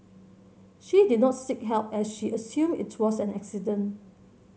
she did not seek help as she assumed it was an accident